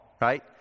Right